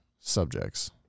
subjects